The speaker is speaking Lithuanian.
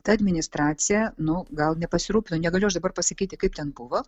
ta administracija nu gal nepasirūpino negaliu aš dabar pasakyti kaip ten buvo